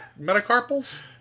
metacarpals